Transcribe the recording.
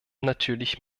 natürlich